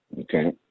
Okay